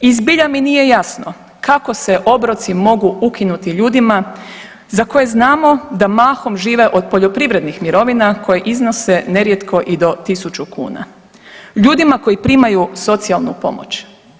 I zbilja mi nije jasno kako se obroci mogu ukinuti ljudima za koje znamo da mahom žive od poljoprivrednih mirovina koje iznose nerijetko i do tisuću kuna, ljudima koji primaju socijalnu pomoć.